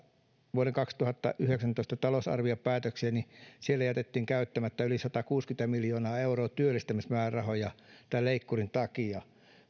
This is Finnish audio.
vuoden kaksituhattayhdeksäntoista talousarviopäätöksiä niin siellä jätettiin käyttämättä yli satakuusikymmentä miljoonaa euroa työllistämismäärärahoja tämän leikkurin takia